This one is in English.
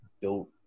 built